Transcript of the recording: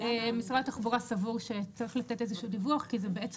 משרד התחבורה סבור שצריך לתת איזה שהוא דיווח כי זה בעצם